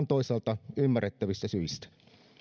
toisaalta ihan ymmärrettävistä syistä